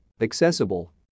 Accessible